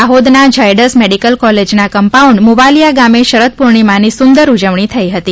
દાહોદનાં Zydus medical કોલેજના compound Muvaliya ગામે શરદપૂર્ણિમાની સુંદર ઉજવણી થિ હતી